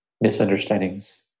misunderstandings